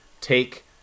take